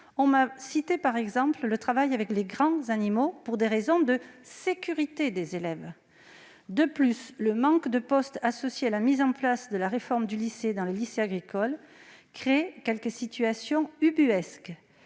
on m'a cité l'exemple du travail avec les grands animaux -pour des motifs de sécurité des élèves. De plus, le manque de postes associé à la mise en place de la réforme du lycée dans les lycées agricoles crée quelques situations ubuesques.